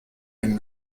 been